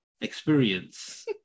experience